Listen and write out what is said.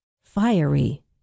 Fiery